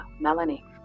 Melanie